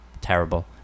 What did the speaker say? terrible